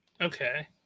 okay